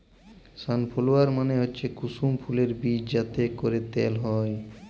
sunflower মালে হচ্যে কুসুম ফুলের বীজ যাতে ক্যরে তেল হ্যয়